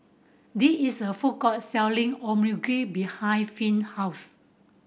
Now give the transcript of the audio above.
there is a food court selling Omurice behind Finn house